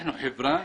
אנחנו חברה.